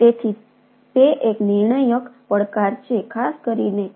તેથી તે એક નિર્ણાયક પડકાર છે ખાસ કરીને